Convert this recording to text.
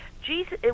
jesus